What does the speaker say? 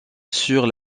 sur